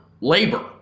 labor